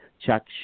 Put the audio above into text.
Chuck